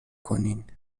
کنین